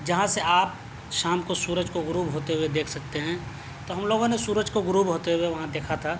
جہاں سے آپ شام کو سورج کو غروب ہوتے ہوئے دیکھ سکتے ہیں تو ہم لوگوں نے سورج کو غروب ہوتے ہوئے وہاں دیکھا تھا